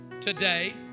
today